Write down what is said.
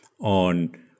on